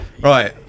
Right